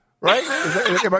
right